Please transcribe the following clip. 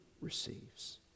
receives